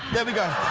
there we go.